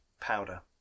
powder